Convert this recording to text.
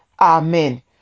Amen